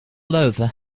over